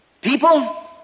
people